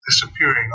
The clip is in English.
disappearing